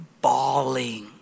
bawling